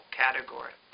category